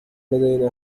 لدينا